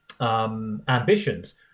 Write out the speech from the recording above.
ambitions